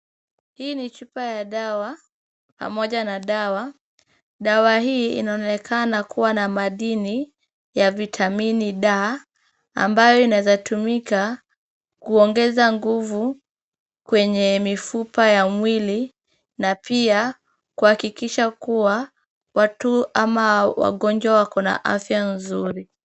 Hii ni chupa ya dawa pamoja na dawa, dawa hii inaonekana kuwa na madini ya vitamini D ambayo inaweza tumika kuongeza nguvu kwenye mifupa ya mwili na pia kuhakikisha kuwa watu ama wagonjwa wako na afya nzuri.